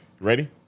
Ready